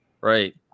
Right